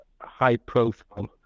high-profile